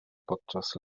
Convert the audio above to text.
podczas